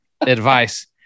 advice